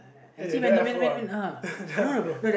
eh that one I follow ah that one I follow